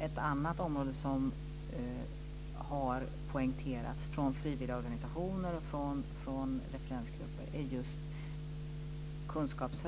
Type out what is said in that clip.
Ett annat område som har poängterats från frivilligorganisationer och referensgrupper